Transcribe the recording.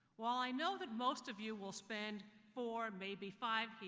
while i know that most of you well spend four maybe five,